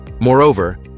Moreover